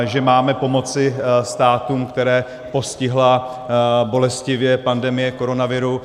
Že máme pomoci státům, které postihla bolestivě pandemie koronaviru.